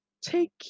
take